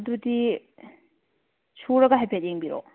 ꯑꯗꯨꯗꯤ ꯁꯨꯔꯒ ꯍꯥꯏꯐꯦꯠ ꯌꯦꯡꯕꯤꯔꯣ